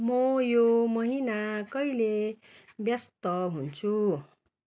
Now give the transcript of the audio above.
म यो महिना कहिले व्यस्त हुन्छु